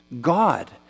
God